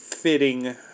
fitting